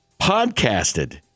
podcasted